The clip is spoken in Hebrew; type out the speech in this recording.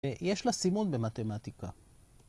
‫יש לה סימון במתמטיקה.